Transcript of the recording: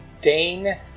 Dane